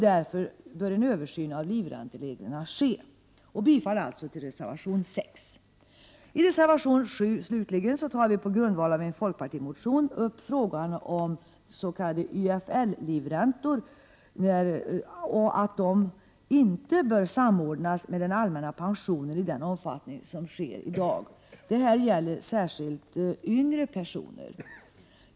Därför bör en översyn av livräntereglerna ske. Jag yrkar alltså bifall till reservation 6. I reservation 7 slutligen tar vi på grundval av en folkpartimotion upp frågan om s.k. YFL-livräntor. Vi menar att dessa inte bör samordnas med den allmänna pensionen i samma omfattning som i dag. Det gäller särskilt personer som i yngre år beviljas livränta.